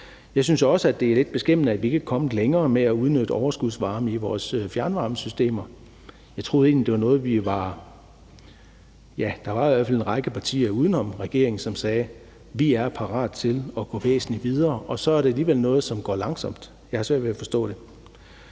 Jeg synes også, at det er lidt beskæmmende, at vi ikke er kommet længere med at udnytte overskudsvarme i vores fjernvarmesystemer. Der var i hvert fald en række partier uden om regeringen, som sagde: Vi er parate til at gå væsentlig videre. Og så er det alligevel noget, som går langsomt. Jeg har svært ved at forstå det.